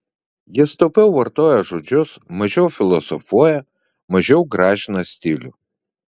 jis taupiau vartoja žodžius mažiau filosofuoja mažiau gražina stilių